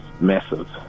massive